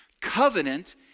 covenant